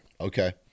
Okay